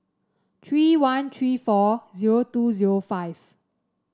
three one three four zero two zero five